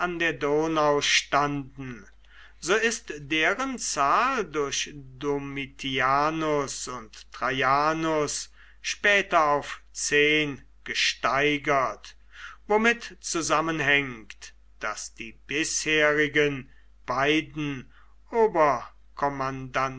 der donau standen so ist deren zahl durch domitianus und traianus später auf zehn gesteigert womit zusammenhängt daß die bisherigen beiden